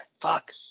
Fuck